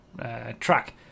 track